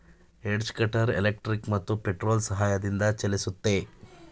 edge cutter electric ಮತ್ತು petrol ಸಹಾಯದಿಂದ ಚಲಿಸುತ್ತೆ